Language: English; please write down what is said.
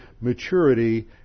maturity